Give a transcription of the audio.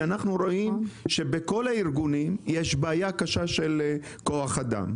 אנחנו רואים שבכל הארגונים יש בעיה קשה של כוח אדם.